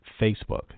Facebook